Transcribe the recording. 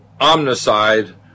omnicide